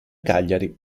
cagliari